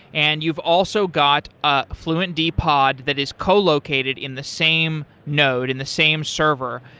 and you've also got a fluentd pod that is collocated in the same node, in the same server,